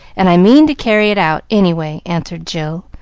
and i mean to carry it out, any way, answered jill,